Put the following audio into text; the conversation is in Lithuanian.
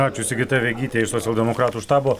ačiū sigita vegytė iš socialdemokratų štabo